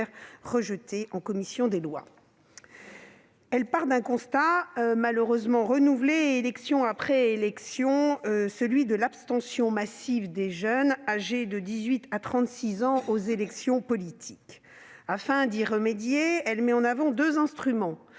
Cette proposition de loi part d'un constat, malheureusement renouvelé élection après élection, celui de l'abstention massive des jeunes âgés de 18 à 36 ans aux élections politiques. Afin d'y remédier, elle met en avant deux instruments